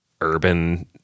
urban